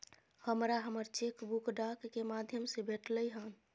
हमरा हमर cheque book डाक के माध्यम से भेटलय हन